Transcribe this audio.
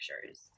pictures